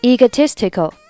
Egotistical